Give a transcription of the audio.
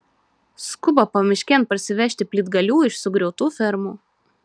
skuba pamiškėn parsivežti plytgalių iš sugriautų fermų